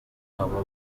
aba